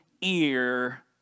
ear